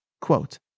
Quote